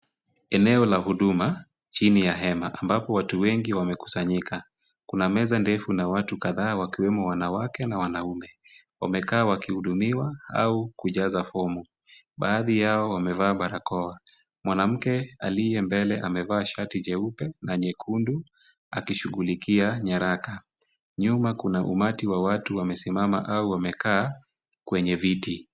Eneo la huduma chini ya hema ambapo watu wengi wamekusanyika kuna meza ndefu na watu kadhaa wakiwemo wanawake na wanaume wamekaa wakihudumiwa au kujaza fomu baadhi yao wamevaa barakoa mwanamke aliye mbele amevaa shati jeupe na nyekundu akishughulikia nyaraka. nyuma kuna umati wa watu wamesimama au wamekaa kwenye viti.